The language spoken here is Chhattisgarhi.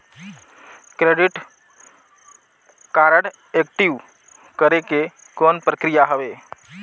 क्रेडिट कारड एक्टिव करे के कौन प्रक्रिया हवे?